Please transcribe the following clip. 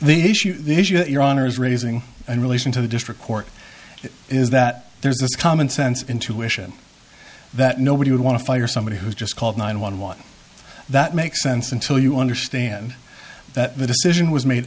honor these are your honour's raising and relation to the district court is that there's this common sense intuition that nobody would want to fire somebody who just called nine one one that makes sense until you understand that the decision was made